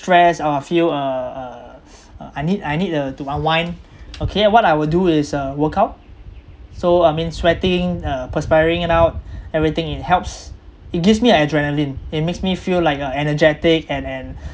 stress or I feel uh uh I need I need uh to unwind okay what I would do is uh workout so I mean sweating uh perspiring it out everything it helps it gives me adrenaline it makes me feel like uh energetic and and